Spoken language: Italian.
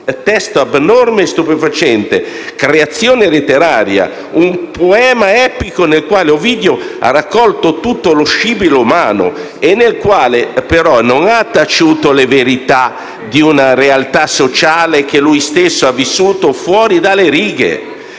testo abnorme e stupefacente creazione letteraria; un poema epico nel quale Ovidio ha raccolto tutto lo scibile umano e nel quale però non ha taciuto le verità di una realtà sociale che lui stesso ha vissuto fuori dalle righe.